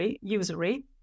usury